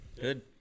Good